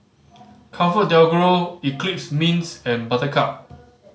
ComfortDelGro Eclipse Mints and Buttercup